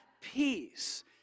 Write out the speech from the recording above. peace